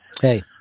Hey